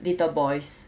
little boys